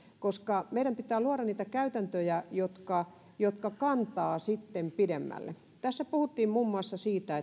koska meidän pitää luoda niitä käytäntöjä jotka jotka kantavat sitten pidemmälle tässä puhuttiin muun muassa siitä